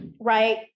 right